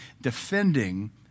defending